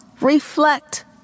reflect